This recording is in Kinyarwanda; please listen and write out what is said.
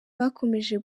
bakomeje